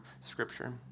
Scripture